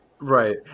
Right